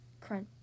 Crunch